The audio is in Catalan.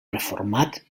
reformat